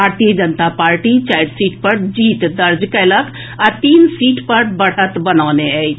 भारतीय जनता पार्टी चारि सीट पर जीत दर्ज कयलक आ तीन सीट पर बढ़त बनौने अछि